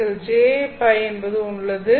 அதில் jØ என்பதும் உள்ளது